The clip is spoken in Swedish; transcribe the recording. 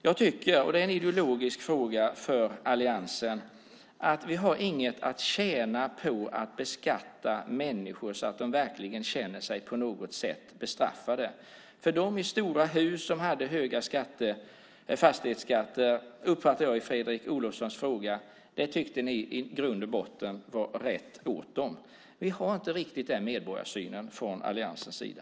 Jag tycker - och det är en ideologisk fråga för alliansen - att vi inte har något att tjäna på att beskatta människor så att de på något sätt känner sig bestraffade. Jag uppfattade Fredrik Olovssons fråga som att ni i grund och botten tyckte att det var rätt åt dem i stora hus som hade höga fastighetsskatter. Vi har inte riktigt den medborgarsynen från alliansens sida.